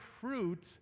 fruit